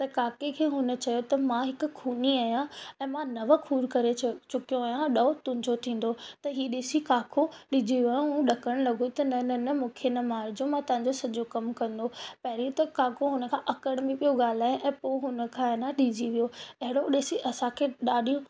त काके खे हुन चयो त मां हिक खूनी आहियां ऐं मां नव खून करे चु चुकियो आहियां ॾहो तुंहिंजो थींदो त हीअ ॾिसी काको ढिजी वियो ऐं ॾकणु लॻो त न न मूंखे न मारिजो मां तव्हांजो सॼो कम कंदो पहिरीं त काको हुन खां अकड़ में पियो ॻाल्हाए ऐं पोइ हुन खां ए न ढिजी वियो अहिड़ो ॾिसी असांखे ॾाढी